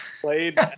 played